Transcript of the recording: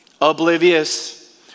oblivious